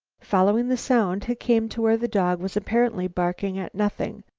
following the sound, he came to where the dog was apparently barking at nothing.